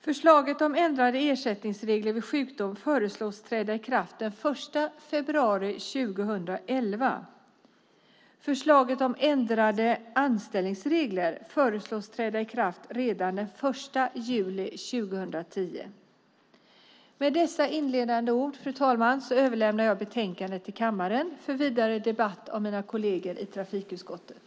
Förslaget om ändrade ersättningsregler vid sjukdom föreslås träda i kraft den 1 februari 2011. Förslaget om ändrade anställningsregler föreslås träda i kraft redan den 1 juli 2010. Med dessa inledande ord, fru talman, överlämnar jag betänkandet till kammaren för vidare debatt av mina kolleger i trafikutskottet.